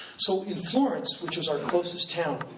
so in florence, which was our closest town,